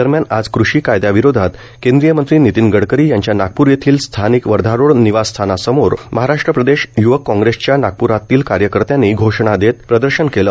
दरम्यान आज कृषी कायदयाविरोधात केंद्रीयमंत्री नितीन गडकरी यांच्या नागपूर येथील स्थानिक वर्धा रोड निवास स्थानासमोर महाराष्ट्र प्रदेश युवक काँग्रेसच्या नागप्रातील कार्यकर्त्यांनी घोषणा देत प्रदर्शन केलं